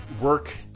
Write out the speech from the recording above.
Work